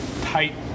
tight